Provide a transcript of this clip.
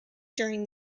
during